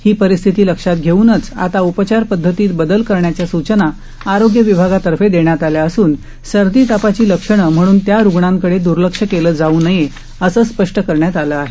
ही परिस्थिती लक्षात घेऊनच आता उपचार पद्धतीत बदल करण्याच्या सूचना आरोग्य विभागातर्फे देण्यात आल्या असून सर्दी तापाची लक्षणं म्हणून त्या रुग्णांकडं दुर्लक्ष केलं जाऊ नये असं स्पष्ट करण्यात आलं आहे